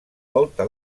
volta